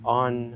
on